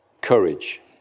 courage